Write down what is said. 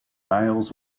males